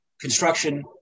construction